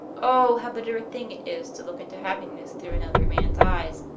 oh, how bitter a thing it is to look into happiness through another man's eyes.